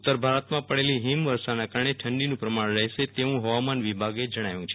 ઉત્તર ભારતમાં પડેલી હિમવર્ષાના કારણે ઠંડીનું પ્રમાણ રહેશે તેવું હવામાન વિભાગે જણાવ્યું છે